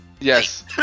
Yes